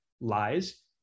lies